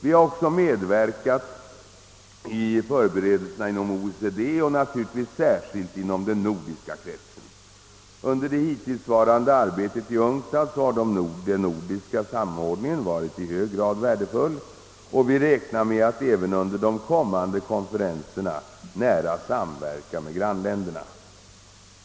Vi har också medverkat till förberedelserna inom OECD och naturligtvis särskilt inom den nordiska kretsen. Under det hittillsvarande arbetet i UNCTAD har den nordiska samordningen varit i hög grad värdefull, och vi räknar med att även under de kommande konferenserna nära samverka med våra grannländer.